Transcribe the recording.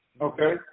okay